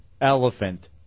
Elephant